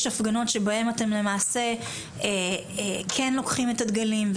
הפגנות שבהן אתם למעשה כן לוקחים את הדגלים,